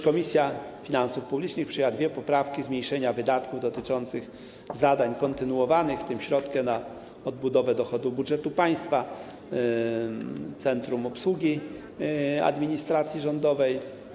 Komisja Finansów Publicznych przyjęła również dwie poprawki w sprawie zmniejszenia wydatków dotyczących zadań kontynuowanych, w tym środków na odbudowę dochodów budżetu państwa, Centrum Obsługi Administracji Rządowej.